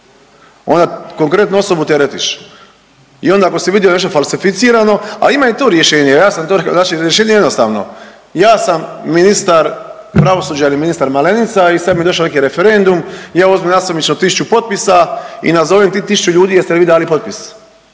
ona konkretno osobu teretiš i onda ako si vidio nešto falsificirano, a ima i to rješenje, ja sam .../Govornik se ne razumije./... znači rješenje je jednostavno. Ja sam ministar pravosuđa ili ministar Malenica i sad mi je došao neki referendum i ja uzmem nasumično 1000 potpisa i nazovem tih 1000 ljudi, jeste vi dali potpis,